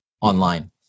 online